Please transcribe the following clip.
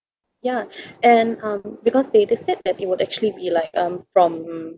yeah and um because they they said it would actually be like um from